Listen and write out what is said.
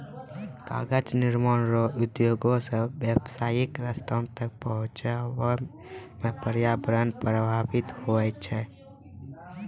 कागज निर्माण रो उद्योग से व्यावसायीक स्थान तक पहुचाबै मे प्रर्यावरण प्रभाबित होय छै